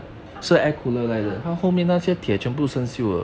ah ah